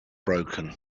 broken